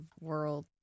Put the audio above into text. world